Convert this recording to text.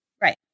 Right